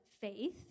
faith